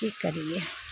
की करियइ